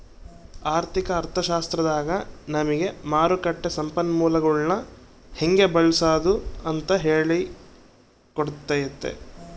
ಆರ್ಥಿಕ ಅರ್ಥಶಾಸ್ತ್ರದಾಗ ನಮಿಗೆ ಮಾರುಕಟ್ಟ ಸಂಪನ್ಮೂಲಗುಳ್ನ ಹೆಂಗೆ ಬಳ್ಸಾದು ಅಂತ ಹೇಳಿ ಕೊಟ್ತತೆ